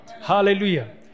Hallelujah